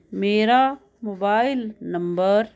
ਮੇਰਾ mobile number